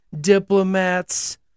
diplomats